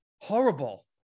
horrible